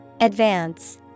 Advance